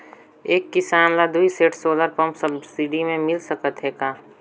एक किसान ल दुई सेट सोलर पम्प सब्सिडी मे मिल सकत हे का?